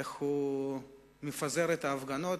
איך הוא מפזר את ההפגנות,